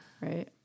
Right